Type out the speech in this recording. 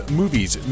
movies